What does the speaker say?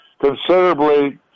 considerably